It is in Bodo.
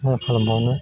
मा खालामबावनो